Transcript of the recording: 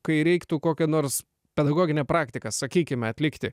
kai reiktų kokią nors pedagoginę praktiką sakykime atlikti